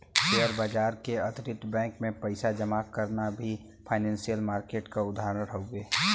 share बाजार के अतिरिक्त बैंक में पइसा जमा करना भी फाइनेंसियल मार्किट क उदाहरण हउवे